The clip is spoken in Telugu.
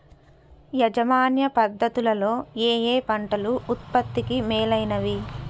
యాజమాన్య పద్ధతు లలో ఏయే పంటలు ఉత్పత్తికి మేలైనవి?